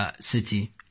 City